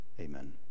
amen